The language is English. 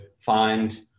find